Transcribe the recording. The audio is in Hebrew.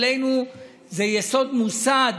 אצלנו זה יסוד מוסד